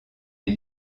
les